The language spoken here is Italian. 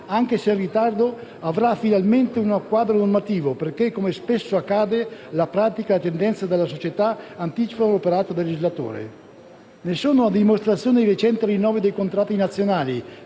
anche se in ritardo, avrà finalmente un quadro normativo, perché, come spesso accade, la pratica tendenza della società anticipa l'operato del legislatore. Ne sono dimostrazione i recenti rinnovi dei contratti nazionali